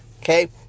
okay